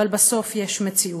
אבל בסוף יש מציאות.